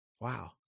Wow